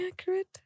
accurate